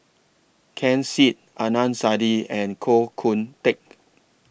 Ken Seet Adnan Saidi and Koh Teck